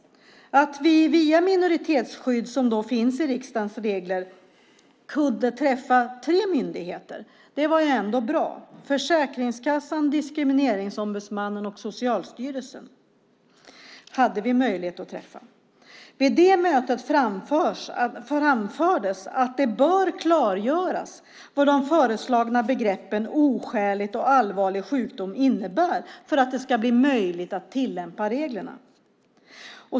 Att vi via det minoritetsskydd som finns i riksdagens regler kunde träffa tre myndigheter var ändå bra. Försäkringskassan, Diskrimineringsombudsmannen och Socialstyrelsen hade vi möjlighet att träffa. Vid det mötet framfördes att det bör klargöras vad de föreslagna begreppen "oskäligt" och "allvarlig sjukdom" innebär för att det ska bli möjligt att tillämpa reglerna.